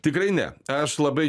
tikrai ne aš labai